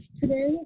today